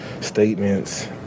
statements